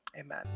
amen